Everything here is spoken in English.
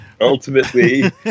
Ultimately